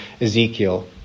Ezekiel